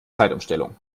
zeitumstellung